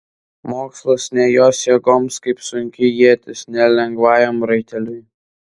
mokslas ne jos jėgoms kaip sunki ietis ne lengvajam raiteliui